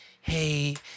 hey